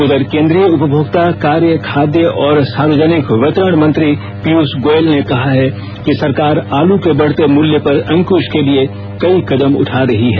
उधर केन्द्रीय उपभोक्ता कार्य खाद्य और सार्वजनिक वितरण मंत्री पीयूष गोयल ने कहा है कि सरकार आलू के बढ़ते मूल्य पर अंक्श के लिए कई कदम उठा रही है